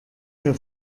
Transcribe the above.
der